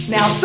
Now